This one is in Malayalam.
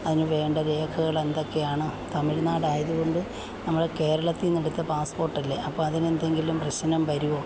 അതിന് വേണ്ട രേഖകളൾ എന്തൊക്കെയാണ് തമിഴ്നാട് ആയത് കൊണ്ട് നമ്മുടെ കേരളത്തിൽനിന്ന് എടുത്ത പാസ്പ്പോട്ട് അല്ലേ അപ്പം അതിന് എന്തെങ്കിലും പ്രശ്നം വരുമോ